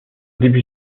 début